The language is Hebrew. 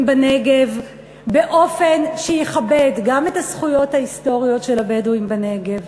בנגב באופן שיכבד גם את הזכויות ההיסטוריות של הבדואים בנגב,